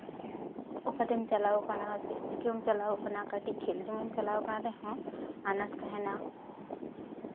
ᱚᱠᱟᱛᱮᱢ ᱪᱟᱞᱟᱣ ᱟᱠᱟᱱᱟ ᱪᱮᱫ ᱪᱤᱠᱟᱹᱢ ᱪᱟᱞᱟᱣ ᱟᱠᱟᱱᱟ ᱠᱟᱹᱴᱤᱡ ᱠᱷᱮᱞ ᱡᱚᱝ ᱮᱢ ᱪᱟᱞᱟᱣ ᱟᱠᱟᱱ ᱨᱮᱦᱚᱸ ᱟᱱᱟᱴ ᱛᱟᱦᱮᱱᱟ